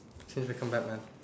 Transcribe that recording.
change and become Batman